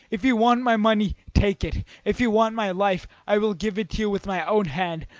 if you want my money, take it if you want my life, i will give it to you with my own hand.